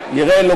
יראי ה',